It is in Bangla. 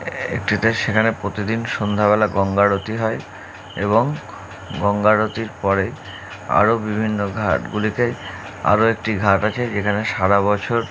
একটিতে সেখানে প্রতিদিন সন্ধ্যাবেলা গঙ্গা আরতি হয় এবং গঙ্গা আরতির পরে আরও বিভিন্ন ঘাটগুলিকে আরও একটি ঘাট আছে যেখানে সারা বছর